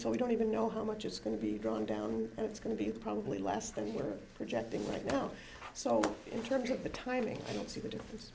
we don't even know how much it's going to be going down and it's going to be probably less than you're projecting right now so in terms of the timing i don't see the difference